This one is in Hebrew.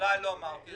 אולי לא אמרתי את זה.